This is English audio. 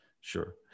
Sure